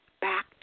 back